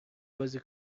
بازی